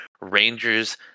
Rangers